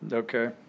Okay